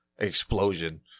explosion